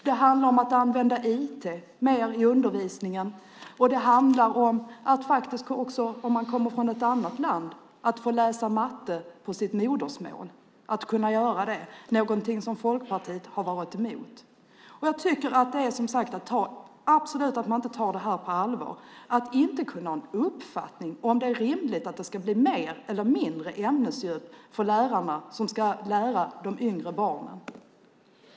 Det handlar om att använda IT mer i undervisningen, och det handlar om att faktiskt också få läsa matte på sitt modersmål om man kommer från ett annat land, någonting som Folkpartiet har varit emot. Jag tycker som sagt att man absolut inte tar det här på allvar när man inte kan ha en uppfattning om det är rimligt att det ska bli mer eller mindre ämnesdjup för de lärare som ska lära de yngre barnen.